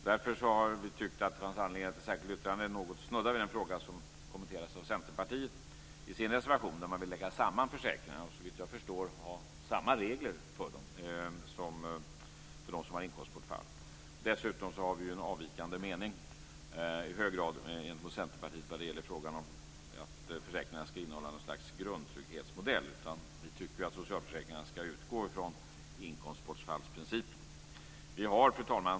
Vi har därför tyckt att det fanns anledning att i särskilt yttrande något snudda vid den fråga som Centerpartiet kommenterar i sin reservation. Man vill lägga samman försäkringarna och såvitt jag förstår ha samma regler för dem som för dem som har inkomstbortfall. Vi har dessutom en i förhållande till Centerpartiet i hög grad avvikande mening i frågan om försäkringarna ska innehålla något slags grundtrygghetsmodell. Vi tycker att socialförsäkringarna ska utgå från inkomstbortfallsprincipen. Fru talman!